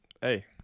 Hey